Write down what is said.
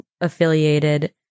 affiliated